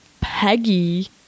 Peggy